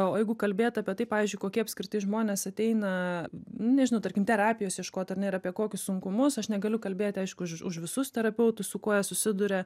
o jeigu kalbėt apie tai pavyzdžiui kokie apskritai žmonės ateina nežinau tarkim terapijos ieškot ar ne ir apie kokius sunkumus aš negaliu kalbėti aišku už už visus terapeutus su kuo jie susiduria